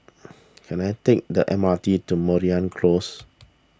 can I take the M R T to Mariam Close